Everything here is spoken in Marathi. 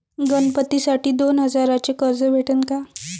गणपतीसाठी दोन हजाराचे कर्ज भेटन का?